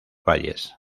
valles